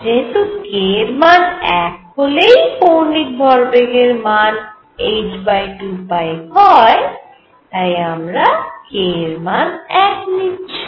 যেহেতু k এর মান 1 হলে কৌণিক ভরবেগের মান h2π হয় তাই আমরা k এর মান 1 নিচ্ছি